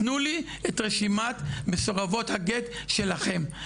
תנו לי את רשימת מסורבות הגט שלכם.